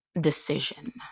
decision